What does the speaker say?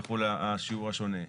יחול השיעור השונה.